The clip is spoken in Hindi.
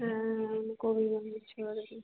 हाँ उनको भी वहीं छोड़ दी